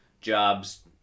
jobs